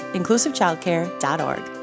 inclusivechildcare.org